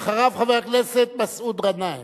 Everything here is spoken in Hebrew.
אחריה, חבר הכנסת מסעוד גנאים,